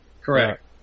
correct